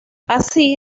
así